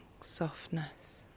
softness